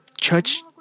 church